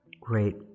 Great